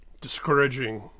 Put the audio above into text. discouraging